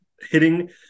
hitting